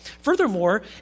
Furthermore